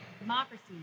Democracy